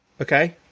Okay